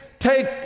take